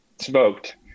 smoked